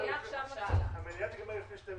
והנושא השני,